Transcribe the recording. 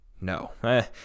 no